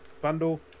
bundle